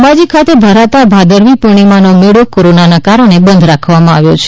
અંબાજી ખાતે ભરાતા ભાદરવી પૂર્ણિમાનો મેળો કોરોનાને કારણે બંધ રાખવામાં આવ્યો છે